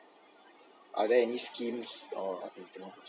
are there any schemes or